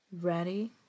Ready